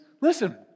listen